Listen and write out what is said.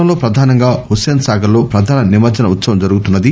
నగరంలో ప్రధానంగా హుస్సేన్ సాగర్ లో ప్రధాన నిమజ్జన ఉత్సవం జరుగుతుంది